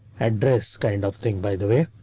address kind of thing by the way.